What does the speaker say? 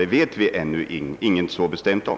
Det vet vi ingenting bestämt om.